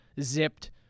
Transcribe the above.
zipped-